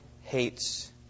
hates